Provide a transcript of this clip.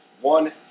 one